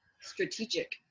strategic